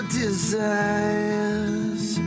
desires